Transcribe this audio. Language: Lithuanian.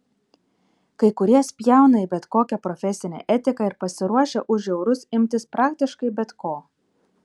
kai kurie spjauna į bet kokią profesinę etiką ir pasiruošę už eurus imtis praktiškai bet ko